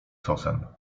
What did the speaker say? sosen